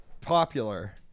popular